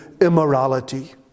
immorality